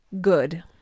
good